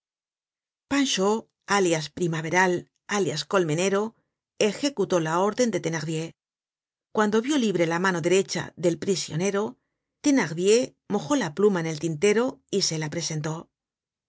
alias primaveral alias colmenero ejecutó la orden de thenardier cuando vió libre la mano derecha del prisionero thenardier mojó la pluma en el tintero y se la presentó